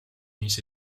mis